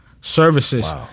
services